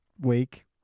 week